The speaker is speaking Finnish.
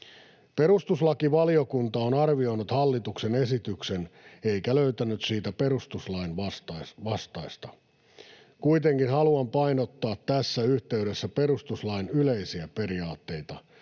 Perustuslakivaliokunta on arvioinut hallituksen esityksen eikä löytänyt siitä perustuslain vastaista. Kuitenkin haluan painottaa tässä yhteydessä perustuslain yleisiä periaatteita.